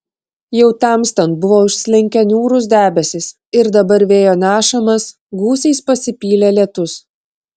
jau temstant buvo užslinkę niūrūs debesys ir dabar vėjo nešamas gūsiais pasipylė lietus